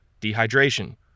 dehydration